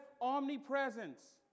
omnipresence